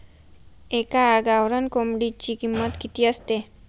एका गावरान कोंबडीची किंमत किती असते?